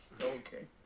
Okay